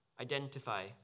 identify